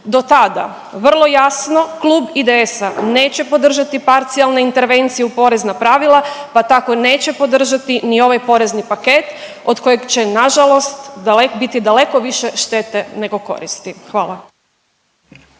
Do tada vrlo jasno Klub IDS-a neće podržati parcijalne intervencije u porezna pravila, pa tako neće podržati ni ovaj porezni paket od kojeg će nažalost dale…, biti daleko više štete nego koristi, hvala.